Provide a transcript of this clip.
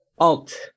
alt